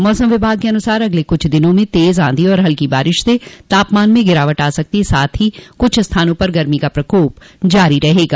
मौसम विभाग के अनुसार अगले कुछ दिनों में भी तेज आंधी और हल्की बारिश से तापमान में गिरावट आ सकती है साथ ही कुछ स्थानों पर गर्मी का प्रकोप जारी रहेगा